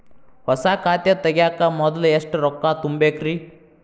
ಹೊಸಾ ಖಾತೆ ತಗ್ಯಾಕ ಮೊದ್ಲ ಎಷ್ಟ ರೊಕ್ಕಾ ತುಂಬೇಕ್ರಿ?